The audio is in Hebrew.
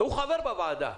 הוא חבר בוועדה.